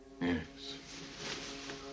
Yes